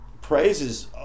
Praise's